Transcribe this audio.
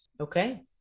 Okay